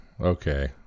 okay